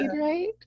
right